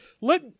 let